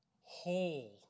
whole